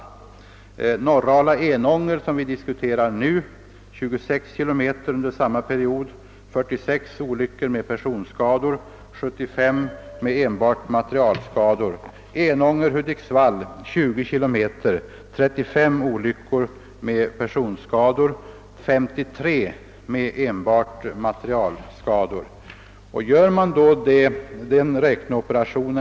På sträckan Norrala—Enånger, som vi diskuterar nu och som omfattar 26 km, förekom under samma period 46 olyckor med personskador och 75 med enbart materialskador. För sträckan Enånger — Hudiksvall, 20 km, redovisas 35 olyckor med personskador och 53 med enbart materiella skador.